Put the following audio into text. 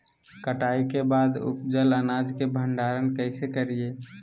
कटाई के बाद उपजल अनाज के भंडारण कइसे करियई?